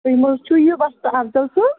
تُہۍ مہٕ حظ چھُو یہِ وۄستہٕ اَفضَل صٲب